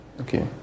Okay